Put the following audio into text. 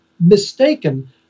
mistaken